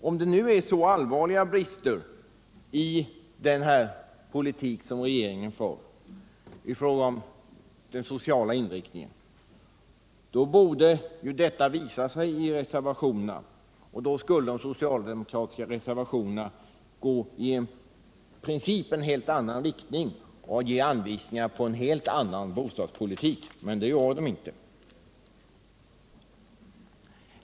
Om det nu är så allvarliga brister i den politik som regeringen för i fråga om den sociala inriktningen, då borde detta visa sig i reservationerna, och då borde de socialdemokratiska reservationerna gå i en principiellt helt annan riktning och ge anvisningar om en helt annan bostadspolitik — men det gör de inte.